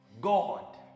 God